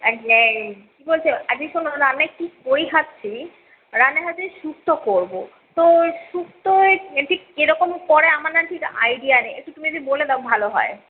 এক যে কী বলছো আজকে শোনো রান্নায় কী করি খাচ্ছি রান্নায় ভাবছি ওই শুক্ত করবো তো শুক্তয়ে এ ঠিক কিরকম করে আমার না ঠিক আইডিয়া নেই একটু তুমি একটু বলে দাও ভালো হয়